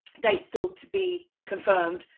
date still to be confirmed,